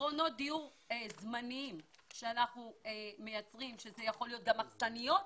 פתרונות דיור זמניים שאנחנו מייצרים זה יכול להיות גם אכסניות,